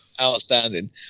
Outstanding